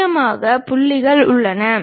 முக்கியமான புள்ளிகள் உள்ளன